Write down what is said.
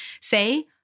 say